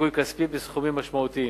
מזיכוי כספי בסכומים משמעותיים.